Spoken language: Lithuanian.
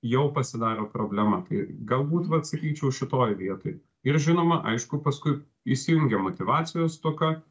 jau pasidaro problema tai galbūt vat sakyčiau šitoj vietoj ir žinoma aišku paskui įsijungia motyvacijos stoka